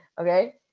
Okay